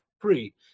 free